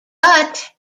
but